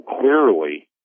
clearly